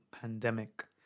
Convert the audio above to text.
pandemic